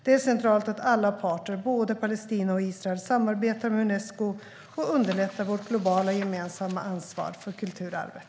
Det är centralt att alla parter, både Palestina och Israel, samarbetar med Unesco och underlättar vårt globala gemensamma ansvar för kulturarvet.